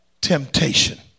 Temptation